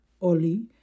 oli